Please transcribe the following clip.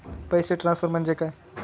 पैसे ट्रान्सफर म्हणजे काय?